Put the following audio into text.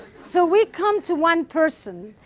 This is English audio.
so we come to one person,